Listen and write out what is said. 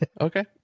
okay